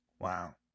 Wow